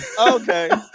Okay